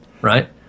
right